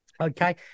Okay